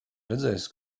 redzējis